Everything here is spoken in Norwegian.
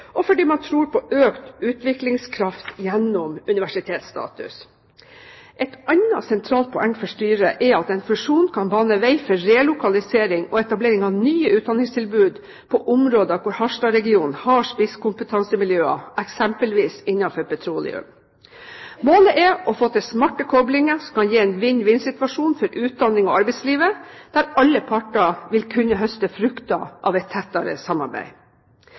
og fordi man tror på økt utviklingskraft gjennom universitetsstatus. Et annet, sentralt poeng for styret er at en fusjon kan bane vei for relokalisering og etablering av nye utdanningstilbud på områder hvor Harstad-regionen har spisskompetansemiljøer, eksempelvis innenfor petroleum. Målet er å få til smarte koblinger som kan gi en vinn-vinn-situasjon for utdanning og arbeidsliv, der alle parter vil kunne høste frukter av et tettere samarbeid.